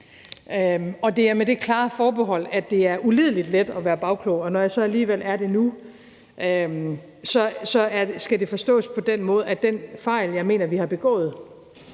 Og det er med det klare forbehold, at det er ulideligt let at være bagklog, og når jeg så alligevel er det nu, så skal det forstås på den måde, at den fejl, jeg mener vi har begået